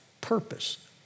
purpose